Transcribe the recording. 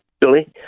Billy